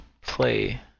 play